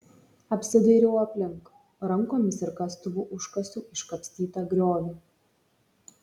apsidairau aplink rankomis ir kastuvu užkasu iškapstytą griovį